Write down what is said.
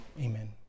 amen